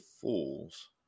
fools